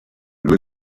due